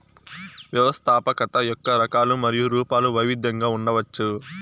వ్యవస్థాపకత యొక్క రకాలు మరియు రూపాలు వైవిధ్యంగా ఉండవచ్చు